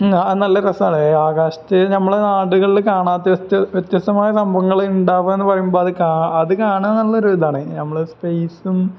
അത് നല്ല രസമാണ് ആകാശത്ത് നമ്മള് നാടുകളില് കാണാത്ത വ്യത്യസ്തമായ സംഭവങ്ങള് ഉണ്ടാവുക എന്നു പറയുമ്പോള് അത് അത് കാണുക എന്നുള്ളൊരിതാണ് നമ്മള് സ്പേസും